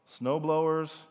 snowblowers